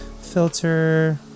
Filter